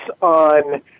on